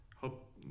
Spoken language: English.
hope